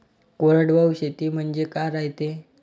कोरडवाहू शेती म्हनजे का रायते?